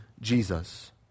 Jesus